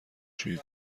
شویی